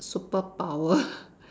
superpower